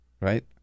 right